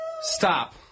Stop